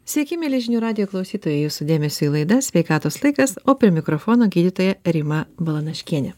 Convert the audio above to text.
sveiki mieli žinių radijo klausytojai jūsų dėmesiui laida sveikatos laikas o prie mikrofono gydytoja rima balanaškienė